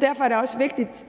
Derfor er det også vigtigt,